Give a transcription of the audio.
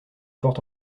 porte